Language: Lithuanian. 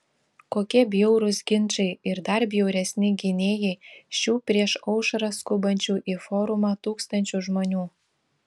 kokie bjaurūs ginčai ir dar bjauresni gynėjai šių prieš aušrą skubančių į forumą tūkstančių žmonių